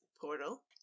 portal